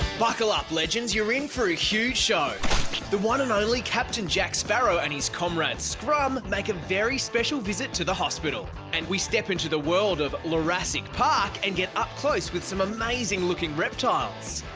buckle up legends. you're in for a huge show the one and only captain jack sparrow and his comrade scrum make a very special visit to the hospital. and we step into the world of lurassic park and get up close with some amazing looking reptiles.